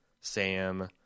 Sam